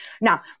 Now